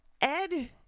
Ed